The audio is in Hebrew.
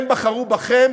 הם בחרו בכם,